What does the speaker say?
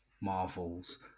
marvels